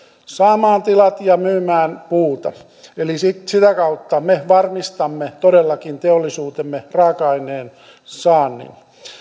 saamaan tilat ja myymään puuta eli sitä kautta me varmistamme todellakin teollisuutemme raaka aineen saannin